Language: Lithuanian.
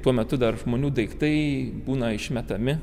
tuo metu dar žmonių daiktai būna išmetami